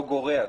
לא גורע.